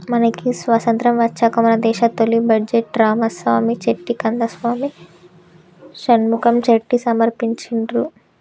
మనకి స్వతంత్రం వచ్చాక మన దేశ తొలి బడ్జెట్ను రామసామి చెట్టి కందసామి షణ్ముఖం చెట్టి సమర్పించిండ్రు